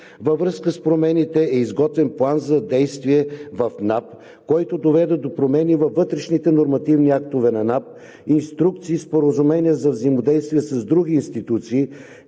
Във връзка с промените е изготвен план за действие в НАП, който доведе до промени във вътрешни нормативни актове на НАП, инструкции и споразумения за взаимодействие с други институции,